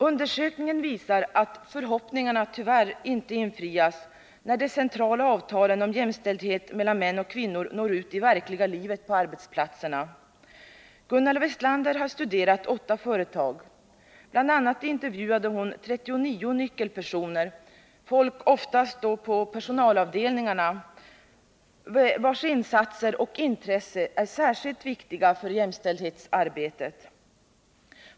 Undersökningen visar att förhoppningarna tyvärr inte infrias när de centrala avtalen om jämställdhet mellan män och kvinnor når ut i verkliga livet på arbetsplatserna. Gunnela Westlander har studerat åtta företag. Bl. a. intervjuade hon 39 nyckelpersoner, folk — oftast på personalavdelningarna — vilkas insatser och intresse är särskilt viktiga för jämställdhetsarbetet.